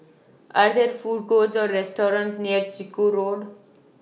Are There Food Courts Or restaurants near Chiku Road